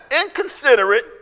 inconsiderate